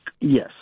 Yes